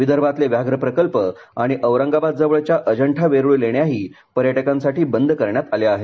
विदर्भातले व्याघ्र प्रकल्प आणि औरंगाबाद जवळच्या अजंठा वेरूळ लेण्याही पर्यटकांसाठी बंद करण्यात आल्या आहेत